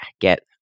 get